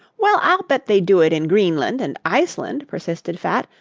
well, i'll bet they do it in greenland and iceland, persisted fat,